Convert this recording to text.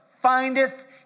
findeth